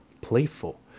playful